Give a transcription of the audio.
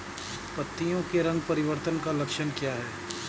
पत्तियों के रंग परिवर्तन का लक्षण क्या है?